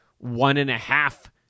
one-and-a-half